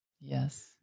yes